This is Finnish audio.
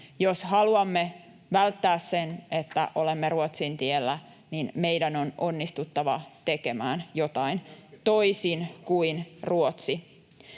Jos haluamme välttää sen, että olemme Ruotsin tiellä, niin meidän on onnistuttava tekemään jotain toisin kuin Ruotsi.